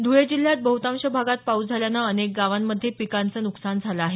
धुळे जिल्ह्यात बहुतांश भागात पाऊस झाल्यानं अनेक गावांमध्ये पिकांचं न्कसान झालं आहे